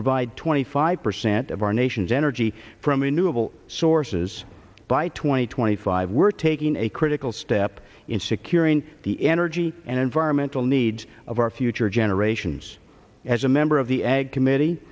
provide twenty five percent of our nation's energy from renewable sources by twenty twenty five we're taking a critical step in securing the energy and environmental needs of our future generations as a member of the ag committee